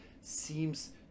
seems